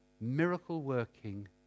miracle-working